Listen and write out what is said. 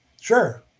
Sure